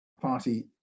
party